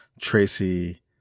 Tracy